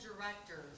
directors